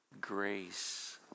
Grace